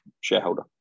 shareholder